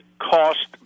cost